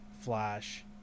Flash